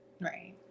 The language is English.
Right